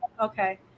okay